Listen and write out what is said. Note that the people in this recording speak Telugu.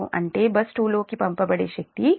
అంటే బస్ 2 లోకి పంపబడే శక్తి 0